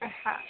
हां